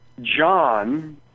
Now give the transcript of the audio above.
John